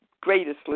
greatest